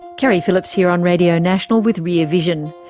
keri phillips here on radio national with rear vision.